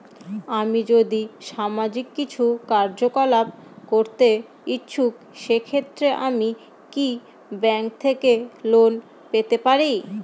আমি যদি সামাজিক কিছু কার্যকলাপ করতে ইচ্ছুক সেক্ষেত্রে আমি কি ব্যাংক থেকে লোন পেতে পারি?